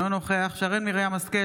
אינו נוכח שרן מרים השכל,